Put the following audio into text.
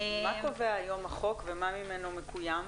מה קובע היום החוק ומה ממנו מקויים?